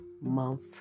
month